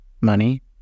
money